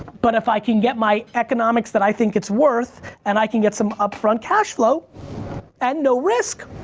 but if i can get my economics that i think it's worth and i can get some upfront cash flow and no risk,